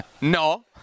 No